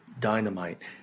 Dynamite